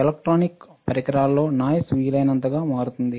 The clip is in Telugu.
ఎలక్ట్రానిక్ పరికరాల్లో నాయిస్ వీలైనంతగా మారుతుంది